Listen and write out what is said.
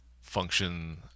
function